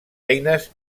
eines